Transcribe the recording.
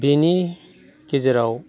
बेनि गेजेराव